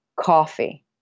coffee